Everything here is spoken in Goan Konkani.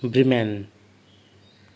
ब्रिमेन